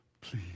Please